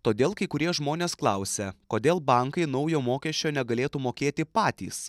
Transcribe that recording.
todėl kai kurie žmonės klausia kodėl bankai naujo mokesčio negalėtų mokėti patys